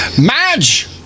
Madge